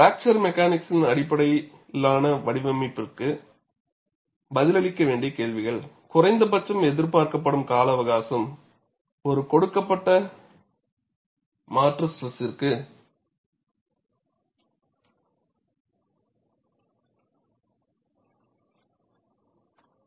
fracture mechanics அடிப்படையிலான வடிவமைப்பிற்கு பதிலளிக்க வேண்டிய கேள்விகள் குறைந்த பட்சம் எதிர்பார்க்கப்படும் கால அவகாசம் ஒரு கொடுக்கப்பட்ட மாற்று ஸ்ட்ரெஸிற்கு N நீங்கள் ஒரு கோட்டை வரைவீர்கள்